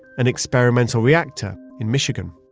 an experimental reactor in michigan.